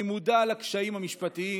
אני מודע לקשיים המשפטיים